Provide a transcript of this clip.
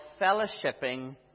fellowshipping